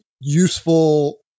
useful